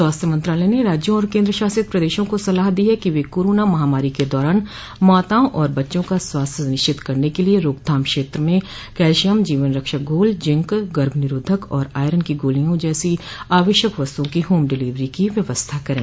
स्वास्थ्य मंत्रालय ने राज्यों और केन्द्र शासित प्रदेशों को सलाह दी है कि वे कोरोना महामारी के दौरान माताओं और बच्चों का स्वास्थ्य सुनिश्चित करने के लिए रोकथाम क्षेत्र में कैल्शियम जीवन रक्षक घोल जिंक गर्भ निरोधक और आयरन की गोलियों जैसी आवश्यक वस्त्रओं की होम डिलिवरी की व्यवस्था करें